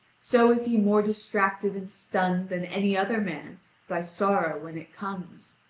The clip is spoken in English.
so is he more distracted and stunned than any other man by sorrow when it comes.